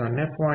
3 0